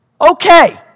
Okay